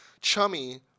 chummy